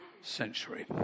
century